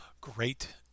great